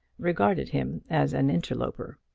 regarded him as an interloper.